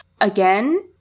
Again